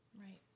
Right